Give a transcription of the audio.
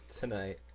tonight